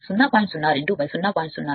02 slip iS0